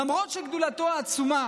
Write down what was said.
למרות שגדולתו העצומה